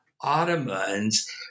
Ottomans